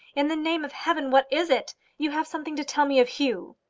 in the name of heaven, what is it? you have something to tell me of hugh.